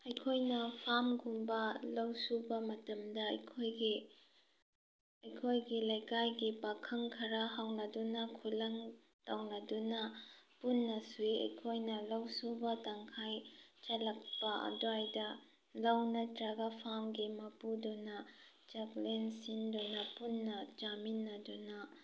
ꯑꯩꯈꯣꯏꯅ ꯐꯥꯝꯒꯨꯝꯕ ꯂꯧ ꯁꯨꯕ ꯃꯇꯝꯗ ꯑꯩꯈꯣꯏꯒꯤ ꯑꯩꯈꯣꯏꯒꯤ ꯂꯩꯀꯥꯏꯒꯤ ꯄꯥꯈꯪ ꯈꯔ ꯍꯧꯅꯗꯨꯅ ꯈꯨꯂꯪ ꯇꯧꯅꯗꯨꯅ ꯄꯨꯟꯅ ꯁꯨꯏ ꯑꯩꯈꯣꯏꯅ ꯂꯧ ꯁꯨꯕ ꯇꯪꯈꯥꯏ ꯆꯜꯂꯛꯄ ꯑꯗꯨꯋꯥꯏꯗ ꯂꯧ ꯅꯠꯇ꯭ꯔꯥꯒ ꯐꯥꯝꯒꯤ ꯃꯄꯨꯗꯨꯅ ꯆꯥꯛꯂꯦꯟ ꯁꯤꯟꯗꯨꯅ ꯄꯨꯟꯅ ꯆꯥꯃꯤꯟꯅꯗꯨꯅ